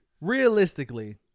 Realistically